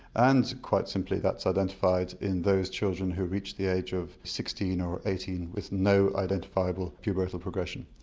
and quite simply that's identified in those children who reach the age of sixteen or eighteen with no identifiable pubertal progression.